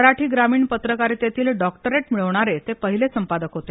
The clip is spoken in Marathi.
मराठी ग्रामीण पत्रकारितेतील डॉक्टरेक्ट मिळवणारे ते पहिले संपादक होते